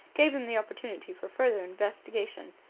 gave him the opportunity for further investigation.